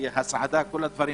הסעדה וכו',